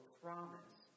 promise